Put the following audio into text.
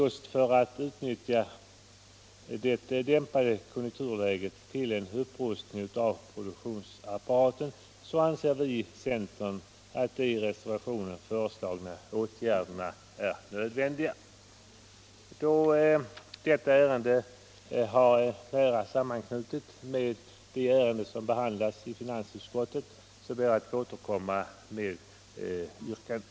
För att man skall kunna utnyttja det dämpade konjunkturläget till en upprustning av produktionsapparaten anser vi i centern att de i reservationen föreslagna åtgärderna är nödvändiga. Herr talman! Jag återkommer med mitt yrkande när skatteutskottets betänkande nr 29 har föredragits.